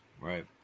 Right